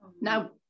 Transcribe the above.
Now